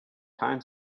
time